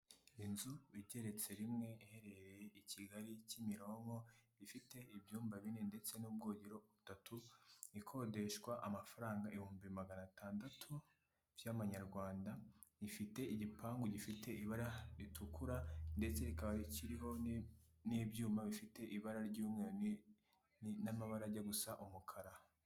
Inzu igeretse rimwe iherereye i Kigali Kimironko ifite ibyumba binendetse n'ubwogero butatu, ikodeshwa amafaranga ibihumbi magana atandatu by'amanyarwanda ifite igipangu gifite ibara ritukura ndetse rikaba kiriho n'ibyuma bifite ibara ry'umweruni n'amabara ajya gusa umukara.